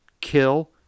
kill